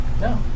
No